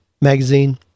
magazine